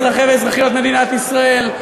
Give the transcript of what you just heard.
אזרחי ואזרחיות מדינת ישראל,